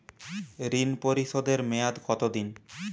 ঋণ পরিশোধের মেয়াদ কত দিন?